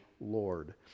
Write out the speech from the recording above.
Lord